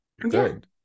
good